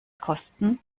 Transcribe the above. kosten